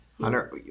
Hunter